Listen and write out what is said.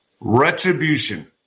Retribution